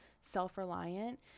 self-reliant